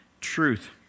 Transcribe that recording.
truth